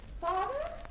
Father